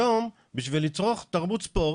היום על מנת לצרוך תרבות ספורט,